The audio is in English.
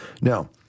Now